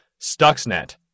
Stuxnet